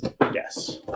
yes